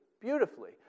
beautifully